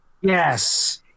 Yes